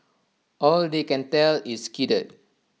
all they can tell is skidded